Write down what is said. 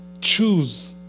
choose